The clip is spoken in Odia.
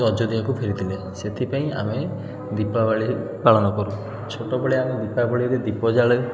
ଅଯୋଧ୍ୟାକୁ ଫେରିଥିଲେ ସେଥିପାଇଁ ଆମେ ଦୀପାବଳି ପାଳନକରୁ ଛୋଟବେଳେ ଆମେ ଦୀପାବଳିରେ ଦୀପ ଜାଳେ